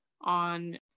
on